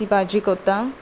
ती भाजी करता